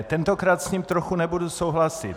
Tentokrát s ním trochu nebudu souhlasit.